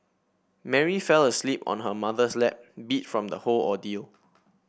Mary fell asleep on her mother's lap beat from the whole ordeal